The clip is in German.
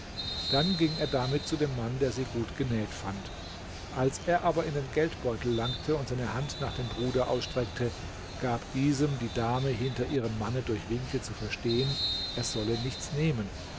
dann ging er damit zu dem mann der sie gut genäht fand als er aber in den geldbeutel langte und seine hand nach dem bruder ausstreckte gab diesem die dame hinter ihrem manne durch winke zu verstehen er solle nichts nehmen